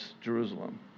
Jerusalem